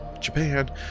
Japan